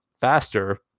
faster